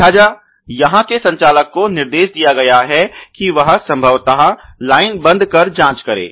लिहाजा यहां के संचालक को निर्देश दिया गया है कि वह संभवत लाइन बंद कर जांच करें